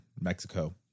Mexico